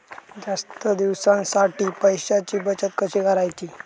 जास्त दिवसांसाठी पैशांची बचत कशी करायची?